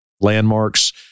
landmarks